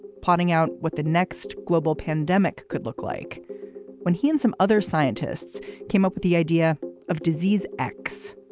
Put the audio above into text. plotting out what the next global pandemic could look like when he and some other scientists came up with the idea of disease x,